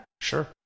sure